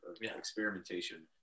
experimentation